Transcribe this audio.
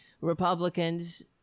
Republicans